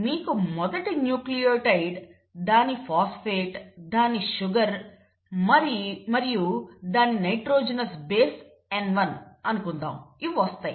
మీకు మొదటి న్యూక్లియోటైడ్ దాని ఫాస్పేట్ దాని షుగర్ మరియు దాని నైట్రోజెనోస్ బేస్ N1 అనుకుందాం వస్తాయి